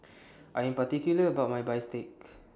I Am particular about My Bistake